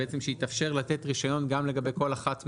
שיתאפשר לתת רישיון גם לגבי כל אחת מהפעילויות.